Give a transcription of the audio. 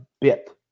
bit